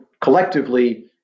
collectively